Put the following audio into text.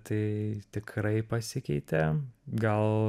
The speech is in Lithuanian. tai tikrai pasikeitė gal